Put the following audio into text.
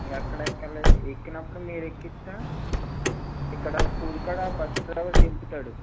ఎక్కడ ఎక్కాలి ఎక్కినప్పుడు మీరు ఎక్కించిన ఇక్కడ స్కూల్ కాడ బస్ డ్రైవర్ దింపుతాడు